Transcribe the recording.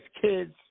kids